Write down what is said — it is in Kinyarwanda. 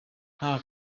nta